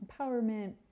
empowerment